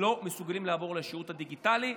אינם מסוגלים לעבור לשירות הדיגיטלי.